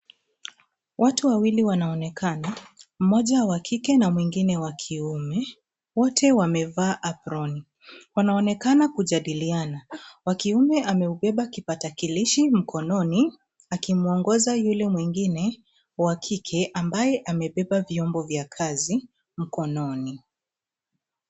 Watu wawili wanaonekana, mmoja wakike na mwingine wakiume, wote wamevaa aproni. Wanaonekana kujadiliana, wa kiume ameubeba kipakatalishi mkononi, akimwongoza yule mwingine wa kike ambaye amebeba vyombo vya kazi mkononi.